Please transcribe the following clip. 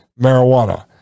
marijuana